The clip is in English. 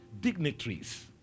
dignitaries